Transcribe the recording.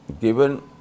given